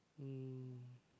um